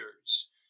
years